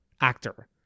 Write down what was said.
actor